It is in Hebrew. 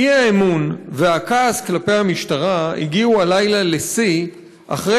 אי-אמון והכעס כלפי המשטרה הגיעו הלילה לשיא אחרי